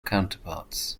counterparts